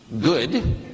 good